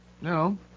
no